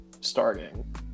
starting